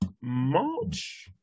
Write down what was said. March